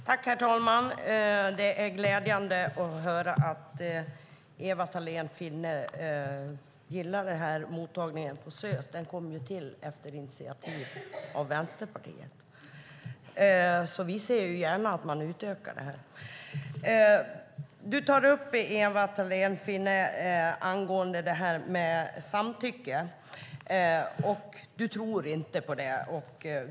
Herr talman! Det är glädjande att höra att Ewa Thalén Finné gillar mottagningen på Södersjukhuset. Den kom till efter initiativ av Vänsterpartiet. Vi ser gärna att de utökas. Ewa Thalén Finné tar upp detta med samtycke. Hon tror inte på det.